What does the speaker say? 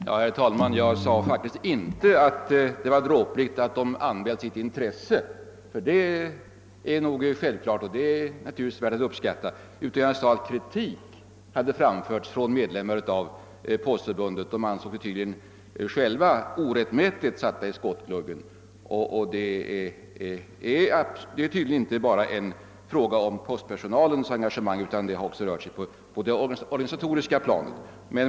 Herr talman! Jag sade faktiskt inte att det var dråpligt att personalen anmälde sitt intresse — det är värt all uppskattning — utan jag sade att det var dråpligt att kritik hade framförts av medlemmar av Svenska postförbundet. De ansåg tydligen själva att de orättmätigt hade satts i skottgluggen, när bristerna i själva verket låg på det organisatoriska planet.